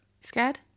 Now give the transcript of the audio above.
Scared